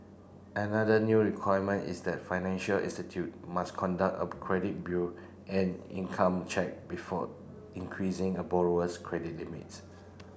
another new requirement is that financial institute must conduct a credit bureau and income check before increasing a borrower's credit limits